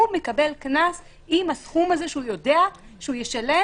הוא מקבל קנס עם הסכום הזה שהוא יודע שהוא ישלם,